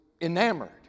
enamored